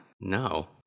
No